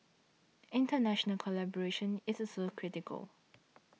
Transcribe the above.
international collaboration is also critical